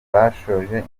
bashoje